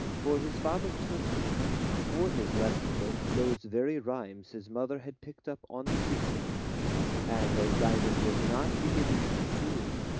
for his father took for his lesson-book those very rhymes his mother had picked up on the sea-shore and as diamond was not beginning too soon,